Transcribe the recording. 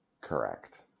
Correct